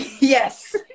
yes